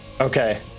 Okay